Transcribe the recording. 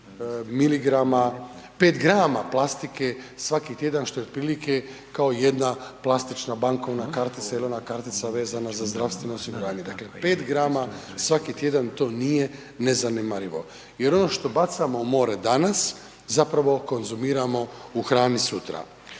5 grama plastike svaki tjedan, što je otprilike kao jedna plastična bankovna kartica ili ona kartica vezana za zdravstveno osiguranje, dakle 5 grama svaki tjedan, to nije nezanemarivo, jer ono što bacamo u more danas, zapravo konzumiramo u hrani sutra.